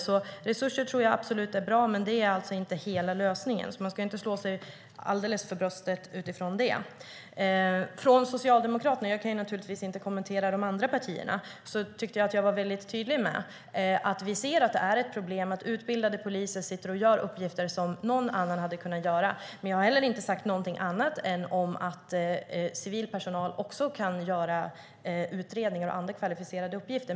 Jag tror absolut att resurser är bra, men det är inte hela lösningen. Man ska inte slå sig för mycket för bröstet utifrån det. Jag kan naturligtvis inte kommentera de andra partierna, men från Socialdemokraterna tyckte jag att jag var tydlig med att vi ser att det är ett problem att utbildade poliser sitter och gör uppgifter som någon annan hade kunnat göra. Jag har inte heller sagt någonting annat än att civil personal också kan göra utredningar och utföra andra kvalificerade uppgifter.